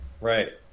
Right